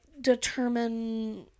determine